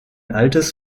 altes